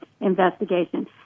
investigation